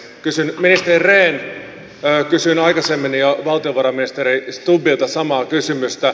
ministeri rehn kysyin jo aikaisemmin valtiovarainministeri stubbilta samaa kysymystä